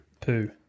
poo